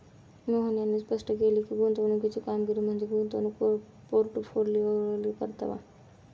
मोहन यांनी स्पष्ट केले की, गुंतवणुकीची कामगिरी म्हणजे गुंतवणूक पोर्टफोलिओवरील परतावा